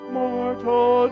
mortal